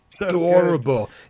adorable